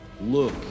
Look